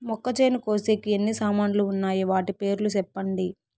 మొక్కచేను కోసేకి ఎన్ని సామాన్లు వున్నాయి? వాటి పేర్లు సెప్పండి?